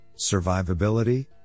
survivability